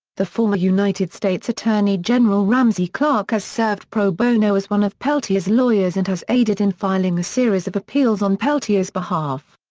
the former united states attorney general ramsey clark has served pro bono as one of peltier's lawyers and has aided in filing a series of appeals on peltier's behalf.